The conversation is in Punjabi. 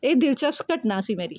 ਇਹ ਦਿਲਚਸਪ ਘਟਨਾ ਸੀ ਮੇਰੀ